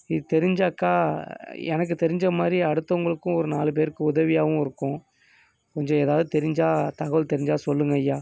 இது தெரிஞ்சாக்க எனக்கு தெரிஞ்ச மாதிரி அடுத்தவங்களுக்கும் ஒரு நாலு பேருக்கு உதவியாகவும் இருக்கும் கொஞ்சம் எதாவது தெரிஞ்சால் தகவல் தெரிஞ்சால் சொல்லுங்கள் ஐயா